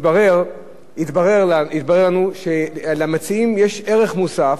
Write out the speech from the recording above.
התברר לנו שלמציעים יש ערך מוסף,